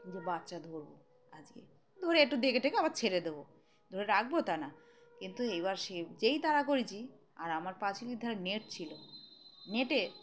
যে বাচ্চা ধরবো আজকে ধরে একটু দেখে টেখে আবার ছেড়ে দেবো ধরে রাখবো তা না কিন্তু এইবার সে যেই তাড়া করেছি আর আমার পাচিলের ধরে নেট ছিল নেটে